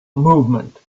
movement